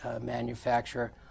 manufacturer